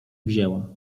wzięła